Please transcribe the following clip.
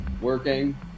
working